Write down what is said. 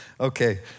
Okay